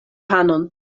panon